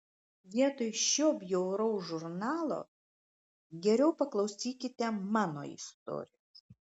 vietoj šio bjauraus žurnalo geriau paklausykite mano istorijos